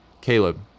Caleb